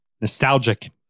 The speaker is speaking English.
Nostalgic